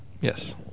Yes